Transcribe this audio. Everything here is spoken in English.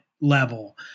level